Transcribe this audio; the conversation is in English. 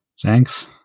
Thanks